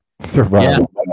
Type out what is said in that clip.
Survival